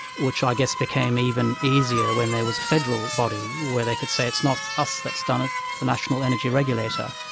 which i guess became even easier when there was a federal body, they could say it's not us that's done it, it's the national energy regulator.